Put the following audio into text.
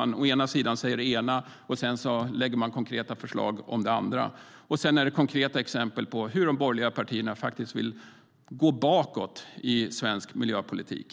Å ena sidan säger man det ena, och sedan lägger man fram konkreta förslag om det andra. Det är också exempel på hur de borgerliga partierna vill gå bakåt i svensk miljöpolitik.